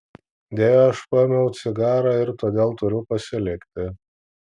deja aš paėmiau cigarą ir todėl turiu pasilikti